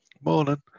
Morning